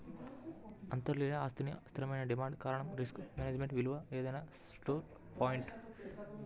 అంతర్లీన ఆస్తికి స్థిరమైన డిమాండ్ కారణంగా రిస్క్ మేనేజ్మెంట్ విలువ ఏదైనా స్టోర్ పాయింట్